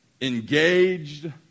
engaged